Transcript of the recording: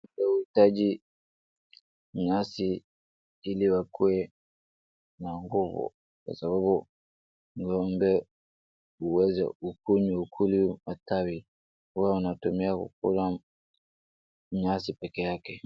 Wanahitaji nyasi ili wakuwe na nguvu kwa sababu viumbe huweza kukunywa, kukula matawi. Huwa wanatumia kukula nyasi peke yake.